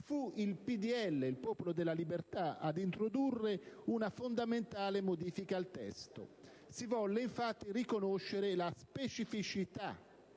n. 183) fu il Popolo della Libertà ad introdurre una fondamentale modifica al testo. Si volle infatti riconoscere la specificità